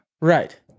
Right